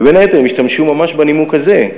ובין היתר הם השתמשו ממש בנימוק הזה.